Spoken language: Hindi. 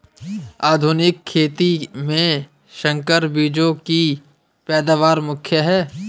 आधुनिक खेती में संकर बीजों की पैदावार मुख्य हैं